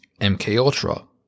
MKUltra